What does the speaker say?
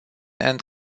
and